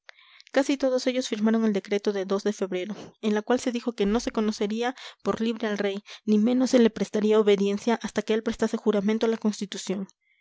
casi todos ellos firmaron el decreto de de febrero en el cual se dijo que no se conocería por libre al rey ni menos se le prestaría obediencia hasta que él prestase juramento a la constitución